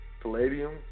palladium